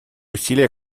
усилия